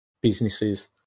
businesses